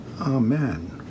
Amen